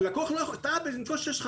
הלקוח טעה בהקלדת המספר,